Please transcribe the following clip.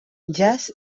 jazz